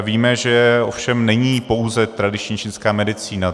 Víme, že ovšem není pouze tradiční čínská medicína.